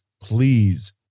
please